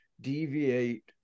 deviate